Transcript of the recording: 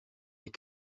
des